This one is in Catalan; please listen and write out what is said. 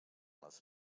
les